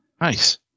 Nice